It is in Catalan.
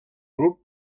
grup